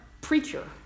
preacher